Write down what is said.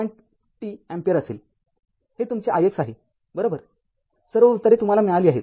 ५ t ampere असेल हे तुमचे ix आहे बरोबर सर्व उत्तरे तुम्हाला मिळाली आहेत